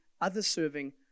other-serving